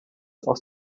aus